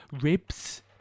Ribs